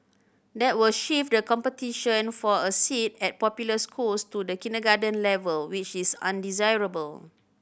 that will shift the competition for a seat at popular schools to the kindergarten level which is undesirable